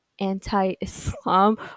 anti-islam